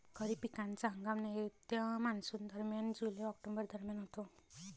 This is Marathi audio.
खरीप पिकांचा हंगाम नैऋत्य मॉन्सूनदरम्यान जुलै ऑक्टोबर दरम्यान होतो